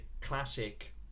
classic